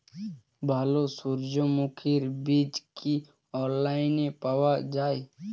ভালো সূর্যমুখির বীজ কি অনলাইনে পাওয়া যায়?